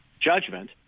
judgment